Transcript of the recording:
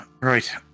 right